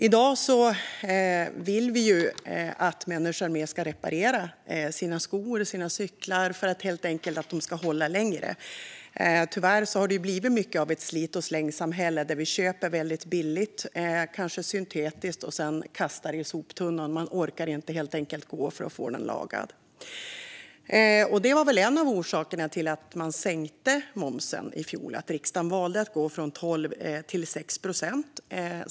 I dag vill man att människor ska reparera sina skor och cyklar, helt enkelt för att de ska hålla längre. Men tyvärr har det blivit mycket av ett slit-och-släng-samhälle där man köper väldigt billigt, kanske syntetiskt, och sedan kastar i soptunnan. Man orkar inte ordna med att få sakerna lagade. Det var en av anledningarna till att riksdagen i fjol valde att sänka momsen från 12 till 6 procent.